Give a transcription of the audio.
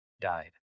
died